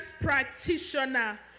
practitioner